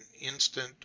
instant